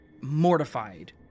mortified